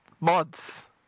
mods